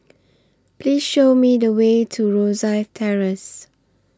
Please Show Me The Way to Rosyth Terrace